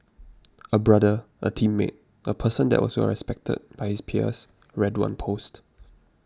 a brother a teammate a person that was well respected by his peers read one post